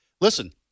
listen